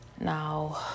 Now